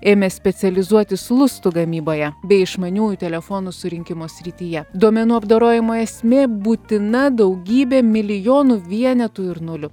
ėmė specializuotis lustų gamyboje bei išmaniųjų telefonų surinkimo srityje duomenų apdorojimo esmė būtina daugybė milijonų vienetų ir nulių